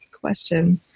question